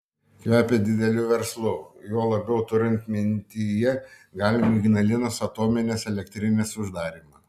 kvepia dideliu verslu juo labiau turint mintyje galimą ignalinos atominės elektrinės uždarymą